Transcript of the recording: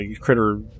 critter